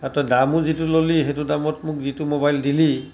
আৰু তই দামো যিটো ল'লি সেইটো দামত মোক যিটো মোবাইল দিলি